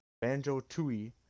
Banjo-Tooie